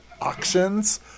auctions